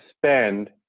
spend